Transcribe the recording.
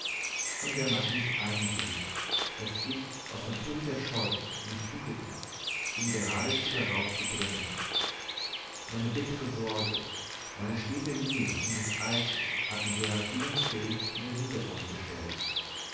und wer mag nicht einsehen daß ich aus natürlicher scheu mich wohl hütete ihn geradezu darauf zu bringen meine bittre sorge meine stete mühe um den alten hatte seraphinens bild in den hintergrund gestellt